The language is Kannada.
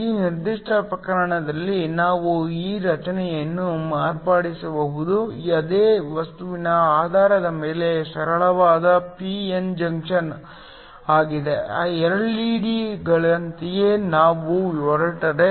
ಈ ನಿರ್ದಿಷ್ಟ ಪ್ರಕರಣದಲ್ಲಿ ನಾವು ಈ ರಚನೆಯನ್ನು ಮಾರ್ಪಡಿಸಬಹುದು ಅದೇ ವಸ್ತುವಿನ ಆಧಾರದ ಮೇಲೆ ಸರಳವಾದ ಪಿ ಎನ್ ಜಂಕ್ಷನ್ ಆಗಿದೆ ಎಲ್ಇಡಿಗಳಂತೆಯೇ ನಾವು ಹೆಟೆರೊ